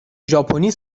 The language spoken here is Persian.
ژاپنی